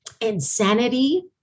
insanity